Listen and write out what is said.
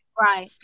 Right